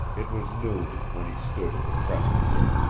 it was noon when he stood at the crest of this.